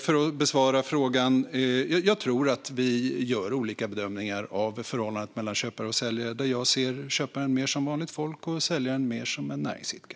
För att besvara frågan tror jag att vi gör olika bedömningar av förhållandet mellan säljare och köpare där jag ser köparen mer som vanligt folk och säljaren mer som en näringsidkare.